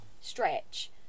stretch